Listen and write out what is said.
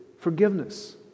forgiveness